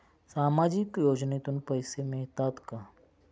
सामाजिक योजनेतून पैसे मिळतात का?